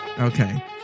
Okay